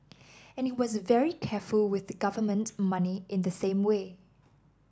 and he was very careful with government money in the same way